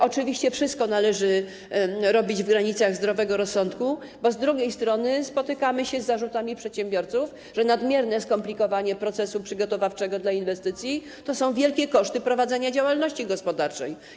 Oczywiście wszystko należy robić w granicach zdrowego rozsądku, bo z drugiej strony spotykamy się z zarzutami przedsiębiorców, że nadmierne skomplikowanie procesu przygotowawczego dla inwestycji to są wielkie koszty prowadzenia działalności gospodarczej.